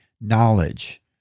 knowledge